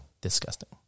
Disgusting